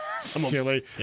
silly